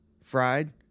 fried